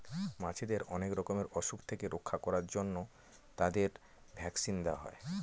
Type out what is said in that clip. মাছেদের অনেক রকমের অসুখ থেকে রক্ষা করার জন্য তাদের ভ্যাকসিন দেওয়া হয়